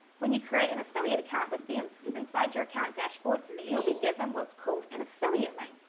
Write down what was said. when you create an affiliate account with them, inside your account dashboard, you'll be given what's called an affiliate link.